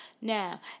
Now